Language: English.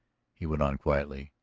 he went on quietly.